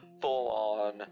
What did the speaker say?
full-on